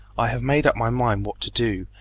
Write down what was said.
i have made up my mind what to do,